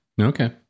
Okay